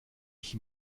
ich